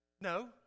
No